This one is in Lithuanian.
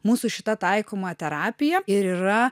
mūsų šita taikoma terapija ir yra